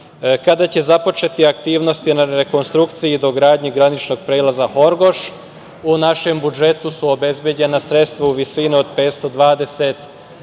kada će započeti aktivnosti na rekonstrukciji i dogradnji graničnog prelaza Horgoš?U našem budžetu su obezbeđena sredstva u visini od 520 miliona